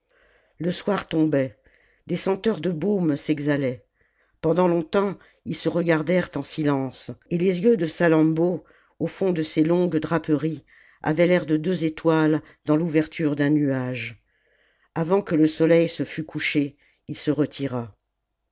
le soir tombait des senteurs de baume s'exhalaient pendant longtemps ils se regardèrent en silence et les jeux de salammbô au fond de ses longues draperies avaient l'air de deux étoiles dans l'ouverture d'un nuage avant que le soleil se fût couché il se retira